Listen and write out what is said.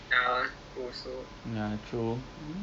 tapi takpe lah hari ini dimaafkan lah